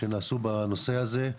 שנעשו בנושא הזה,